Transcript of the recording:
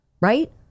right